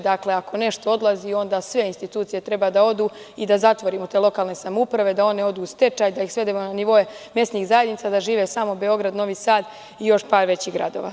Dakle, ako nešto odlazi onda sve institucije treba da odu i da zatvorimo te lokalne samouprave, da one odu u stečaj, da ih svedemo na nivoe mesnih zajednica, da žive samo Beograd, Novi Sad i još par većih gradova.